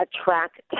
attract